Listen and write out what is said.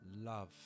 love